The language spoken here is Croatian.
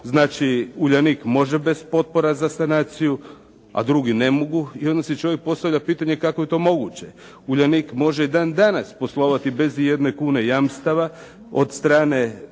Znači "Uljanik" može bez potpora za sanaciju, a drugi ne mogu i onda si čovjek postavlja pitanje kako je to moguće. "Uljanik" može i dan danas poslovati bez ijedne kune jamstava od strane